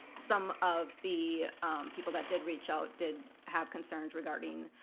some of the people that did reach out did have concerns regarding